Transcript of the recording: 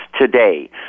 today